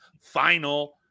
final